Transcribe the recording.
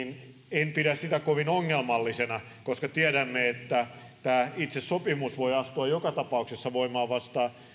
en pidä sitä kovin ongelmallisena koska tiedämme että tämä itse sopimus voi astua joka tapauksessa voimaan